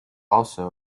represent